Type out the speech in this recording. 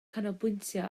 canolbwyntio